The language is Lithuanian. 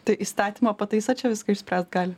tai įstatymo pataisa čia viską išspręst gali